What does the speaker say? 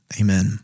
Amen